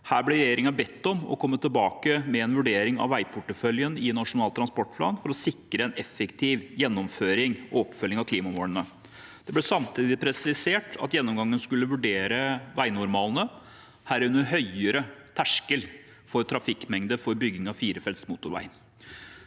Her ble regjeringen bedt om å komme tilbake med en vurdering av veiporteføljen i Nasjonal transportplan for å sikre en effektiv gjennomføring og oppfølging av klimamålene. Det ble samtidig presisert at gjennomgangen skulle vurdere veinormalene, herunder en høyere terskel for trafikkmengde for bygging av firefelts motorvei.